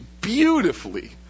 beautifully